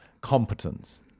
competence